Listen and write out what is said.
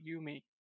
Yumi